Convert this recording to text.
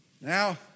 Now